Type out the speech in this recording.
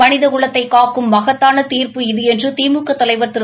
மனிதகுலத்தை காக்கும் மகத்தான தீர்ப்பு இது என்று திமுக தலைவர் திரு